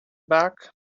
back